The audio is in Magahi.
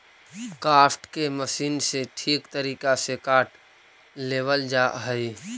काष्ठ के मशीन से ठीक तरीका से काट लेवल जा हई